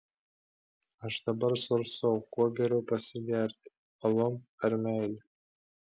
aš dabar svarstau kuo geriau pasigerti alum ar meile